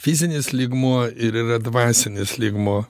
fizinis lygmuo ir yra dvasinis lygmuo